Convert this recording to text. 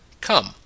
Come